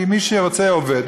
כי מי שרוצה, עובד.